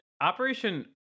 operation